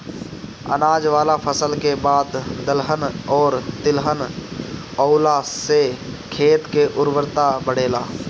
अनाज वाला फसल के बाद दलहन अउरी तिलहन बोअला से खेत के उर्वरता बढ़ेला